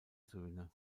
söhne